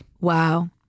Wow